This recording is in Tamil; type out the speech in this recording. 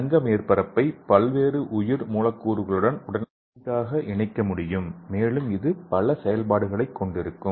தங்க மேற்பரப்பை பல்வேறு உயிர் மூலக்கூறுகளுடன் எளிதாக இணைக்க முடியும் மேலும் இது பல செயல்பாடுகளைக் கொண்டிருக்கும்